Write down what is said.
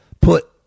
Put